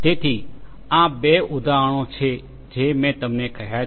તેથી આ 2 ઉદાહરણો છે જે મેં તમને કહ્યા છે